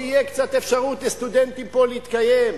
שיהיו קצת אפשרויות לסטודנטים להתקיים פה.